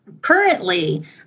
currently